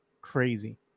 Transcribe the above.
crazy